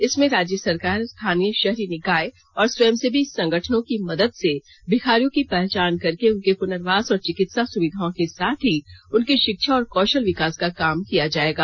इसमें राज्य सरकार स्थानीय शहरी निकाय और स्वयंसेवी संगठनों की मदद से भिखारियों की पहचान करके उनके पुनर्वास और चिकित्सा सुविधाओं के साथ ही उनकी शिक्षा और कौशल विकास का काम किया जाएगा